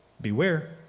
Beware